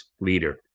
leader